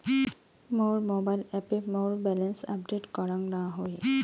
মোর mobile অ্যাপে মোর balance update করাং না হই